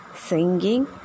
singing